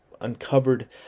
uncovered